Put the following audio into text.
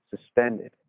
suspended